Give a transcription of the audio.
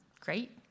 great